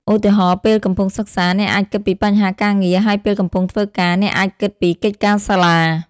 ឧទាហរណ៍ ពេលកំពុងសិក្សា អ្នកអាចគិតពីបញ្ហាការងារ ហើយពេលកំពុងធ្វើការ អ្នកអាចគិតពីកិច្ចការសាលា។